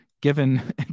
given